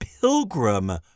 pilgrim